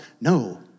No